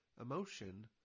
emotion